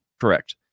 Correct